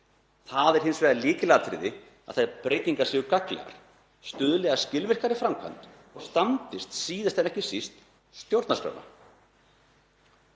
Það er hins vegar lykilatriði að þær breytingar séu gagnlegar og stuðli að skilvirkari framkvæmd sem standist síðast en ekki síst stjórnarskrána.